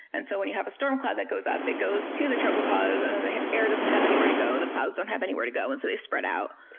and so when you have a storm cloud that goes up, it goes to the tropopause and then and the air doesn't have anywhere to go. the clouds don't have anywhere to go and so they spread out.